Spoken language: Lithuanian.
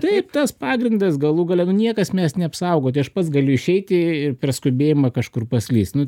taip tas pagrindas galų gale nu niekas mes neapsaugoti aš pats galiu išeiti ir per skubėjimą kažkur paslyst nu